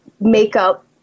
makeup